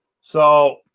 So-